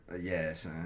Yes